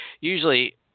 usually